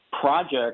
project